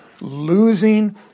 losing